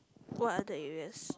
what other areas